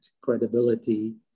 credibility